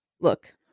Look